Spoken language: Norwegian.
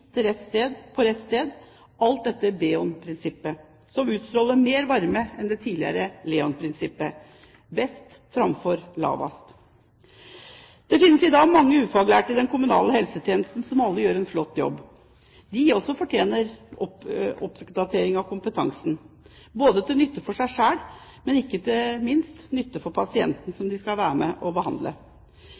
på rett sted – alt etter BEON-prinsippet, som utstråler mer varme enn det tidligere LEON-prinsippet. Best framfor lavest! Det finnes i dag mange ufaglærte i den kommunale helsetjenesten som alle gjør en flott jobb. De fortjener også oppdatering av kompetanse – til nytte for seg selv, men ikke minst til nytte for pasienten som de skal være med på å behandle.